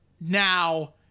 now